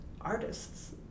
artists